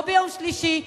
לא ביום שלישי,